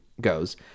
goes